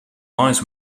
lies